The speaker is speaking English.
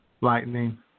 lightning